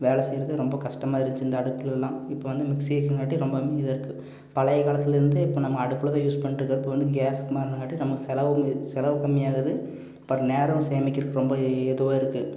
வேலை செய்கிறது ரொம்ப கஷ்டமாயிருந்துச்சு இந்த அடுப்புலலாம் இப்போ வந்து மிக்ஸி இருக்கங்காட்டி ரொம்பமே இதாகருக்கு பழைய காலத்துலேருந்து இப்போ நம்ம அடுப்புலதான் யூஸ் பண்ணிட்டு இருக்கிறப்போ வந்து கேஸுக்கு மாறிணங்காட்டி நம்ம செலவும் செலவு கம்மியாகுது பட் நேரம் சேமிக்கறதுக்கு ரொம்ப ஏதுவாருக்குது